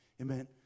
Amen